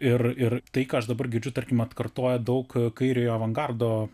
ir ir tai ką aš dabar girdžiu tarkim atkartoja daug kairiojo avangardo